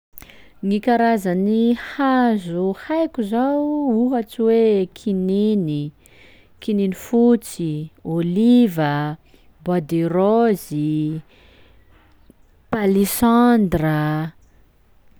Gny karazan'ny hazo haiko zao: ohatsy hor kininy, kininy fotsy, ôliva, bois de rose i, palissandre a.